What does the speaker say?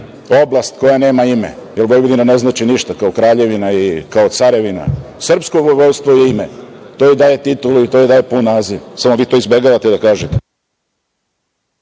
oblast koja nema ime, jer Vojvodina ne znači ništa kao kraljevina i kao carevina. Srpsko vojvodstvo je ime. To joj daje titulu i to joj daje pun naziv. Samo, vi to izbegavate da kažete.